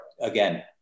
again